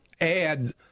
add